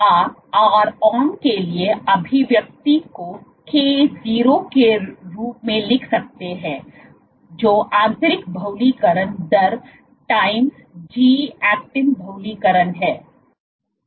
तो आप ron के लिए अभिव्यक्ति को k0 के रूप में लिख सकते हैं जो आंतरिक बहुलीकरण दर टाइम्स जी ऐक्टिन बहुलीकरण है